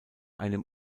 einem